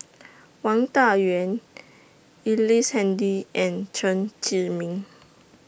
Wang Dayuan Ellice Handy and Chen Zhiming